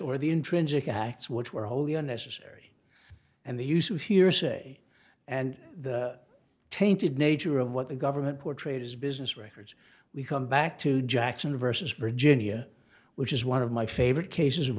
or the intrinsic acts which were wholly unnecessary and the use of hearsay and the tainted nature of what the government portrayed as business records we come back to jackson versus virginia which is one of my favorite cases of